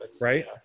right